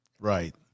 right